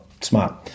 smart